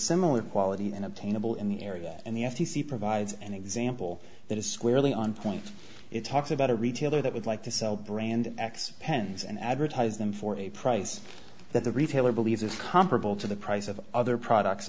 similar quality and obtainable in the area and the f t c provides an example that is squarely on point it talks about a retailer that would like to sell brand x pens and advertise them for a price that the retail he believes it's comparable to the price of other products